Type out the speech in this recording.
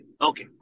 Okay